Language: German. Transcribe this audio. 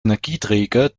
energieträger